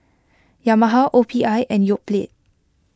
Yamaha O P I and Yoplait